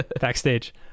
backstage